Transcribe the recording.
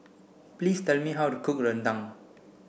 please tell me how to cook Rendang